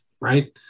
right